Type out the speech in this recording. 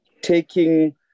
taking